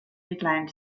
midland